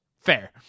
fair